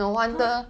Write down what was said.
!huh!